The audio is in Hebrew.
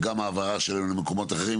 גם העברה של מקומות אחרים,